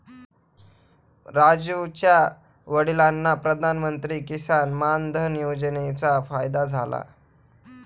राजीवच्या वडिलांना प्रधानमंत्री किसान मान धन योजनेचा फायदा झाला